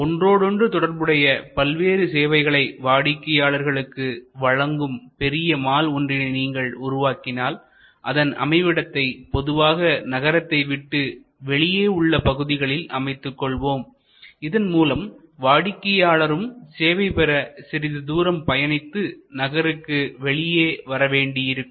ஒன்றோடொன்று தொடர்புடைய பல்வேறு சேவைகளை வாடிக்கையாளர்களுக்கு வழங்கும் பெரிய மால் ஒன்றினை நீங்கள் உருவாக்கினால்அதன் அமைவிடத்தை பொதுவாக நகரத்தை விட்டு வெளியே உள்ள பகுதிகளில் அமைத்துக் கொள்வோம் இதன் மூலம் வாடிக்கையாளரும் சேவை பெற சிறிது தூரம் பயணித்து நகரத்திற்கு வெளியே வர வேண்டியிருக்கும்